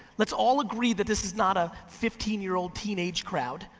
let's all agree that this is not a fifteen year old teenage crowd,